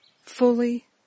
fully